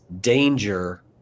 danger